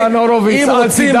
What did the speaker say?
ניצן הורוביץ,